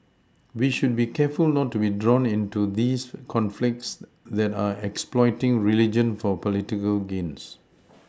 we should be careful not to be drawn into these conflicts that are exploiting religion for political games